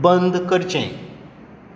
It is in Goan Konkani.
बंद करचें